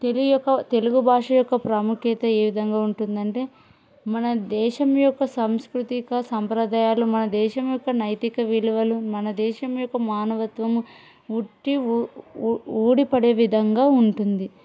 తెలుగు యొక్క తెలుగు భాష యొక్క ప్రాముఖ్యత ఏ విధంగా ఉంటుందంటే మన దేశం యొక్క సంస్కృతిక సంప్రదాయాలు మన దేశం యొక్క నైతిక విలువలు మన దేశం యొక్క మానవత్వము ఉట్టి ఊడిపడే విధంగా ఉంటుంది